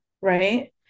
right